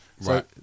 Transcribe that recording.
Right